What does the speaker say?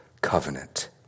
covenant